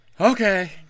Okay